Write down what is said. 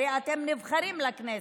הרי אתם נבחרים לכנסת.